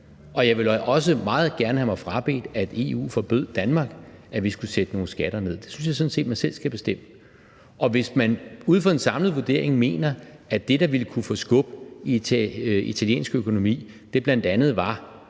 og jeg vil også meget gerne have mig frabedt, at EU forbød Danmark, at vi skulle sætte nogle skatter ned. Det synes jeg sådan set man selv skal bestemme. Og hvis man ud fra en samlet vurdering mener, at det, der ville kunne få sat skub i italiensk økonomi, bl.a. var